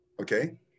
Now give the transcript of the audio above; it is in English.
Okay